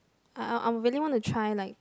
I I really want to try like